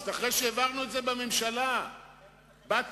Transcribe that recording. חד-משמעית שדיונים על-פי בקשת הממשלה לא